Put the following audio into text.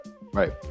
Right